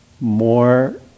more